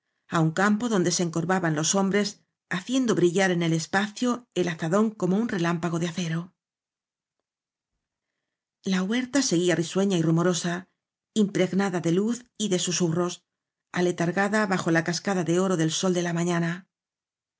á un campo donde se encorvaban los hombres haciendo brillar en el espacio el aza dón como un relámpago de acero la huerta seguía risueña y rumorosa im pregnada de luz y de susurros aletargada bajo la cascada de oro del sol de la mañana